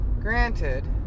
granted